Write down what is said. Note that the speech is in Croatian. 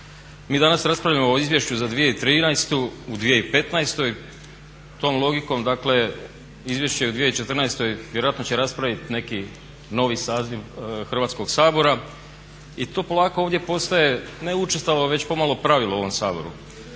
Mi danas raspravljamo o izvješću za 2013. u 2015., tom logikom dakle izvješće u 2014. vjerojatno će raspravi neki novi saziv Hrvatskog sabora i to polako ovdje postaje ne učestalo već pomalo pravilo u ovom Saboru.